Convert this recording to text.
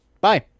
bye